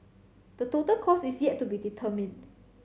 the total cost is yet to be determined